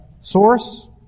source